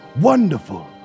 wonderful